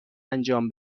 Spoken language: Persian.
انجام